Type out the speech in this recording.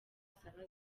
saba